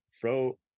throw